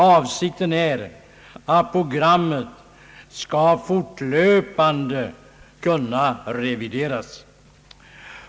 Avsikten är att programmet fortlöpande skall kunna revideras.